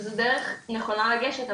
שזה דרך נכונה לגשת,